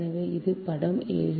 எனவே இது படம் 7